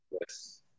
Yes